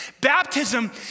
Baptism